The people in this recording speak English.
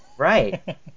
right